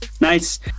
nice